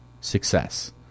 success